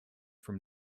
from